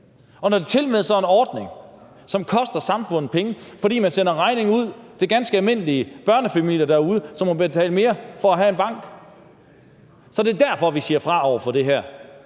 Og når det så tilmed er en ordning, som koster samfundet penge, fordi man sender regningen ud til ganske almindelige børnefamilier derude, som må betale mere , så er det derfor, vi siger fra over for det her.